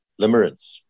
limerence